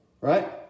right